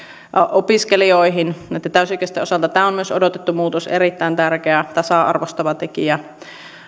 opiskelijoihin näitten täysi ikäisten osalta tämä on myös odotettu muutos erittäin tärkeä tasa arvoistava tekijä